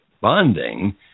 bonding